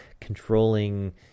controlling